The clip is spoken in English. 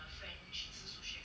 hmm